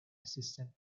assistant